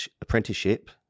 apprenticeship